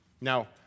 Now